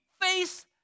face